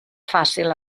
fàcil